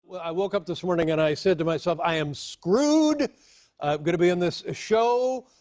i woke up this morning and i said to myself, i am screwed. i'm gonna be on this show.